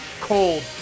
Cold